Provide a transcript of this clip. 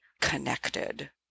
connected